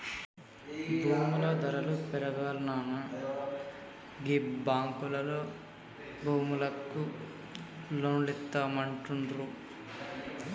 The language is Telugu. భూముల ధరలు పెరుగాల్ననా గీ బాంకులోల్లు భూములకు లోన్లిత్తమంటుండ్రు